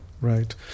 right